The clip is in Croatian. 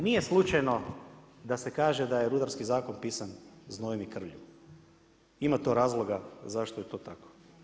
Nije slučajno da se kaže da je rudarski zakon pisan znojem i krvlju, ima to razloga zašto je to tako.